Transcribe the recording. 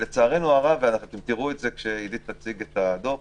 לצערנו הרב תראו את זה כשעדית תציג את הדוח